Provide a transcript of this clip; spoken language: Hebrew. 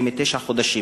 זה תשעה חודשים.